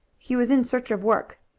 he was in search of work.